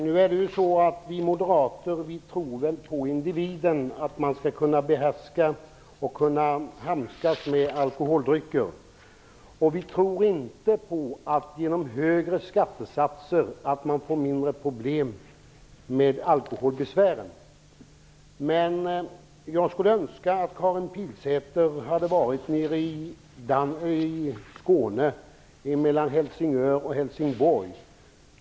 Herr talman! Vi moderater tror att individen kan behärska och handskas med alkoholdrycker. Vi tror inte att man genom högre skattesatser får mindre problem med alkoholen. Jag skulle önska att Karin Pilsäter hade varit nere i Skåne, mellan Helsingör och Helsingborg.